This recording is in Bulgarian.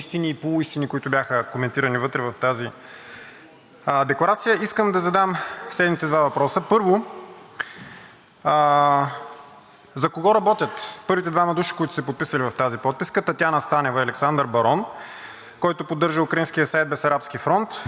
за кого работят първите двама души, които са се подписали в тази подписка – Татяна Станева и Александър Барон, който поддържа украинския сайт „Бесарабски фронт“? Вярно ли е, че работят за Виктор Куртев, който беше кандидат за депутат от управляващата партия на Зеленски